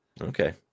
okay